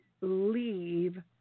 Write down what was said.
leave